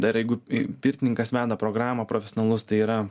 dar jeigu pirtininkas veda programą profesionalus tai yra